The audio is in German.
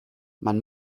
man